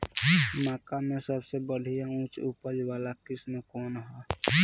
मक्का में सबसे बढ़िया उच्च उपज वाला किस्म कौन ह?